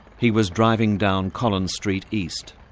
he was driving down collins street east,